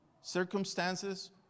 circumstances